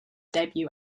debut